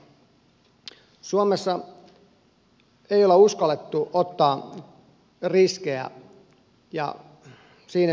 suomessa ei olla uskallettu ottaa riskejä